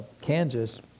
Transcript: Kansas